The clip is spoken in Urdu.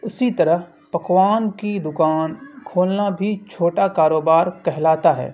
اسی طرح پکوان کی دکان کھولنا بھی چھوٹا کاروبار کہلاتا ہے